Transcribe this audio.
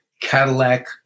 Cadillac